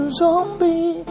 zombie